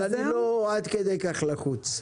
אבל אני לא עד כדי כך לחוץ.